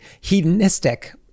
hedonistic